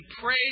pray